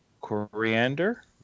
coriander